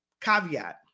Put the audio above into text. caveat